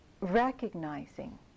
recognizing